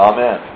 Amen